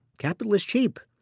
capital is cheap.